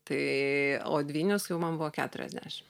tai o dvynius jau man buvo keturiasdešim